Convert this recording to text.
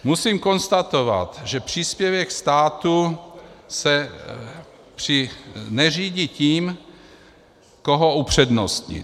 Musím konstatovat, že příspěvek státu se neřídí tím, koho upřednostnit.